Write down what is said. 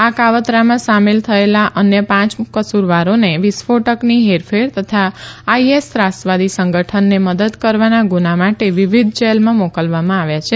આ કાવતરામાં સામેલ થયેલા અન્ય પાંચ કસુરવારોને વિસ્ફોટકની હરફેર તથા આઇએસ ત્રાસવાદી સંગઠનને મદદ કરવાના ગુના માટે વિવિધ જેલમાં મોકલવામાં આવ્યા છે